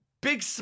big